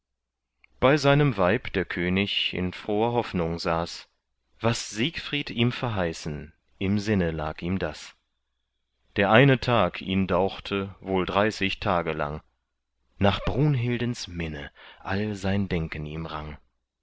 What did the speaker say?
bei seinem weib der könig in froher hoffnung saß was siegfried ihm verheißen im sinne lag ihm das der eine tag ihn dauchte wohl dreißig tage lang nach brunhildens minne all sein denken ihm rang